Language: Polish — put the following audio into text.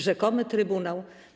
Rzekomy trybunał.